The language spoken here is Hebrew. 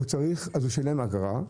אז הוא שילם אגרה,